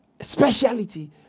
speciality